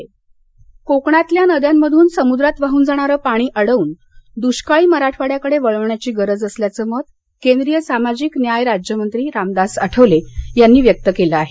आठवले उस्मानाबाद कोकणातल्या नद्यांमधून समुद्रात वाहन जाणारं पाणी अडवून दुष्काळी मराठवाड्याकडे वळवण्याची गरज असल्याच मत केंद्रीय सामाजिक न्याय राज्यमंत्री रामदास आठवले यांनी व्यक्त केलं आहे